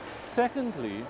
Secondly